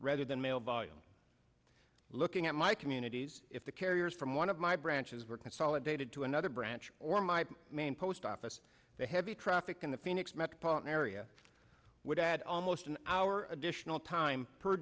rather than mail volume looking at my communities if the carriers from one of my branches were consolidated to another branch or my main post office the heavy traffic in the phoenix metropolitan area would add almost an hour additional time per